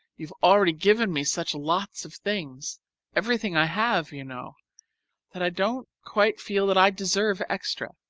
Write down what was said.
you have already given me such lots of things everything i have, you know that i don't quite feel that i deserve extras.